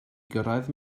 gyrraedd